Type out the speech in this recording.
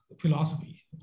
philosophy